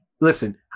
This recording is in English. Listen-